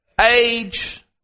age